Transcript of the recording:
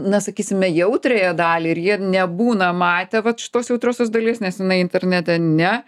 na sakysime jautriąją dalį ir jie nebūna matę vat šitos jautriosios dalies nes jinai internete ne